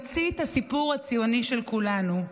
הוא תמצית הסיפור הציוני של כולנו,